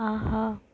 ஆஹா